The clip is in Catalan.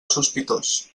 sospitós